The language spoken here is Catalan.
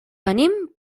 tenim